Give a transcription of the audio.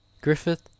griffith